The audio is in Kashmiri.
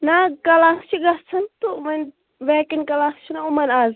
نا حظ کَلاس چھِ گژھان تہٕ وۄنۍ ویکیٚنٛٹ کَلاس چھِ نا یِمن از